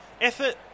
Effort